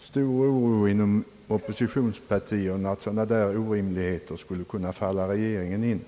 Stor oro råder tydligen inom oppositionspartierna att sådana där orimligheter skulle kunna falla regeringen in.